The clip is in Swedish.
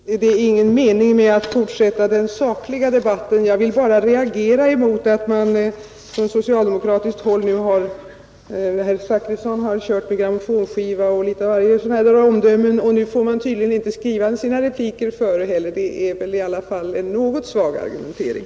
Herr talman! Det är ingen mening med att fortsätta den sakliga debatten. Jag reagerar emellertid mot omdömen sådana som herr Zachrissons, att våra inlägg är som grammofonskivor som man spelar gång på gång. Nu får man tydligen inte heller skriva sina repliker i förväg. Det är väl i alla fall en något svag argumentering.